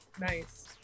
nice